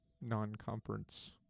non-conference